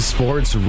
Sports